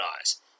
eyes